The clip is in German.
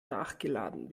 nachgeladen